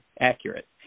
accurate